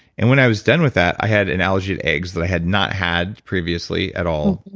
and when i was done with that, i had an allergy to eggs that i had not had previously at all.